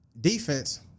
defense